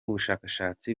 bushakashatsi